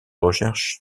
recherches